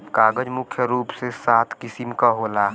कागज मुख्य रूप से सात किसिम क होला